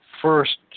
first